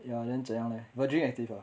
ya then 怎样 leh virgin active ah